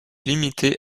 limitée